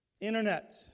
Internet